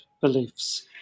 beliefs